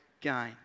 gain